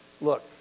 Look